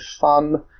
fun